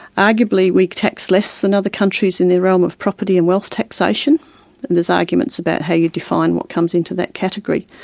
arguably we're taxed less than other countries in the realm of property and wealth taxation, and there's arguments about how you define what comes into that category.